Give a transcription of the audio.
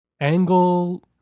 Angle